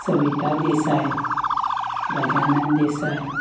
Savita Desai Gajanan Desai